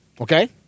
okay